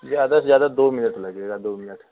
ज़्यादा से ज़्यादा दो मिनट लगेगा दो मिनट